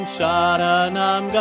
Sharanam